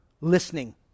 listening